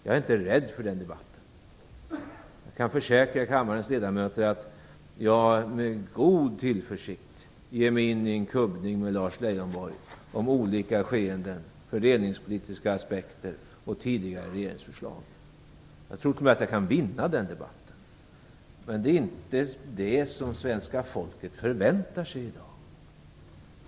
Jag är inte rädd för den debatten. Jag kan försäkra kammarens ledamöter om att jag med god tillförsikt skulle ge mig in i en kuggning med Lars Leijonborg om olika skeenden, fördelningspolitiska aspekter och tidigare regeringsförslag. Jag tror t.o.m. att jag kan vinna den debatten. Men det är inte det som svenska folket förväntar sig i dag.